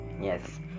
Yes